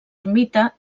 ermita